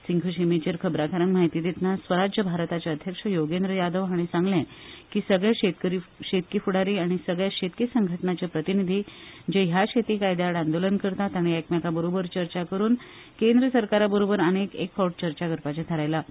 सिंघू शिमेचेर खबराकारांक म्हायती दितना स्वराज्य भारताचे अध्यक्ष योगेंद्र यादव हांणी सांगलें की सगळे शेतकी फुडारी आनी सगळ्या शेतकी संघटणांचे प्रतिनिधी जे ह्या शेती कायद्या आड आंदोलन करतात तांणी एकमेकां बरोबर चर्चा करून केंद्र सरकारा बरोबर आनीक एक फावट चर्चा करपाचें थारायलां